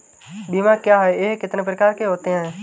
बीमा क्या है यह कितने प्रकार के होते हैं?